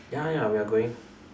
ya ya we are going